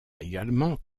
également